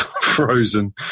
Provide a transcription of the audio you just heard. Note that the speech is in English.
frozen